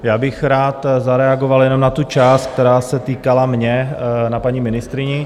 Já bych rád zareagoval jenom na tu část, která se týkala mě, na paní ministryni.